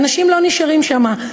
ואנשים לא נשארים שם.